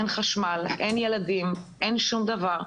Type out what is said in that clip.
אין חשמל, אין ילדים, אין שום דבר.